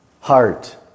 heart